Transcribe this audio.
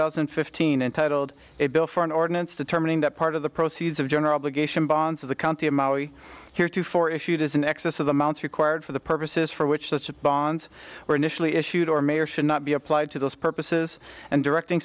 thousand and fifteen entitled a bill for an ordinance determining that part of the proceeds of general again bonds of the county of maui here too for issued as in excess of the amounts required for the purposes for which such a bonds were initially issued or may or should not be applied to those purposes and directing